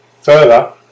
Further